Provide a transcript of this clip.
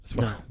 no